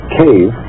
cave